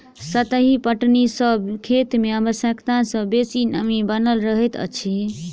सतही पटौनी सॅ खेत मे आवश्यकता सॅ बेसी नमी बनल रहैत अछि